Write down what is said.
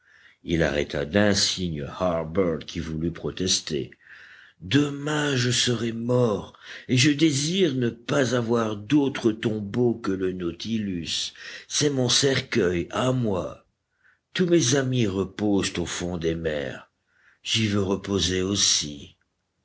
il arrêta d'un signe harbert qui voulut protester demain je serai mort et je désire ne pas avoir d'autre tombeau que le nautilus c'est mon cercueil à moi tous mes amis reposent au fond des mers j'y veux reposer aussi